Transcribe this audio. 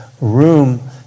room